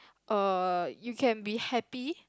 uh you can be happy